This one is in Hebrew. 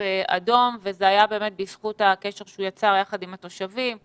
אדום וזה היה באמת בזכות הקשר שהוא יצר יחד עם התושבים,